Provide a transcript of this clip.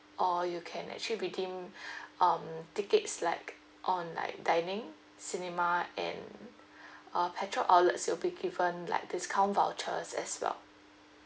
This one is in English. or you can actually redeem um tickets like on like dining cinema and uh petrol outlets you'll be given like discount vouchers as well